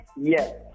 Yes